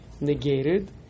negated